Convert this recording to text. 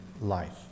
life